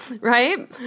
Right